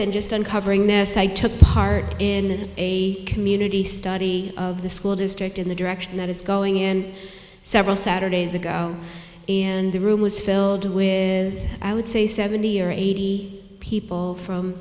than just uncovering this i took part in a community study of the school district in the direction that it's going in several saturdays ago and the room was filled with i would say seventy or eighty people from